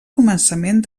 començament